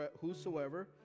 Whosoever